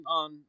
on